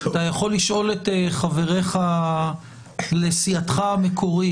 אתה יכול לשאול את חבריך לסיעתך המקורית.